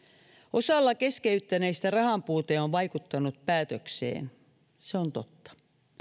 osalla keskeyttäneistä rahanpuute on vaikuttanut päätökseen se on totta